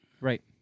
Right